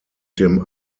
dem